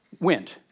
Went